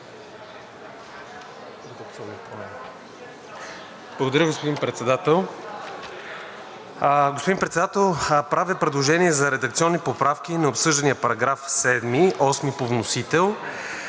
Благодаря, господин Председател. Господин Председател, правя предложение за редакционни поправки на обсъждания § 7 –§ 8 по вносител.